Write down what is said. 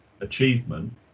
achievement